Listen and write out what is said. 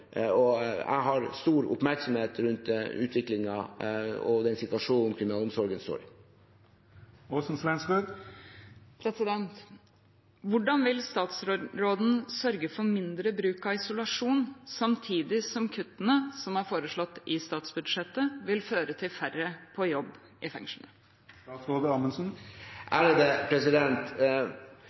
og jeg har stor oppmerksomhet rundt utviklingen og den situasjonen kriminalomsorgen står i. Hvordan vil statsråden sørge for mindre bruk av isolasjon samtidig som kuttene som er foreslått i budsjettet, vil føre til færre på jobb i fengslene?